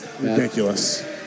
ridiculous